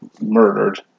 murdered